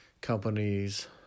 companies